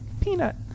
Peanut